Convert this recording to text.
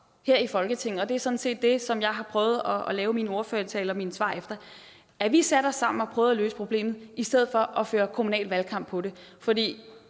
her i Folketinget – og det er sådan set det, som jeg har prøvet at lave min ordførertale og mine svar efter – at vi satte os sammen og prøvede at løse problemet i stedet for at føre kommunal valgkamp på det. Jeg